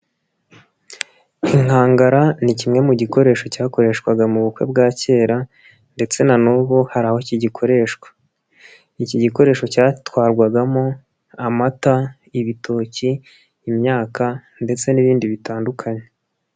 Inkangara ni kimwe mu gikoresho cyakoreshwaga mu bukwe bwa kera; ndetse na nubu hari aho kigikoreshwa iki gikoresho cyatwarwagamo amata, ibitoki, imyaka ndetse n'ibindi bitandukanye.